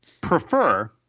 prefer